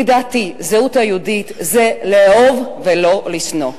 לדעתי, הזהות היהודית זה לאהוב ולא לשנוא,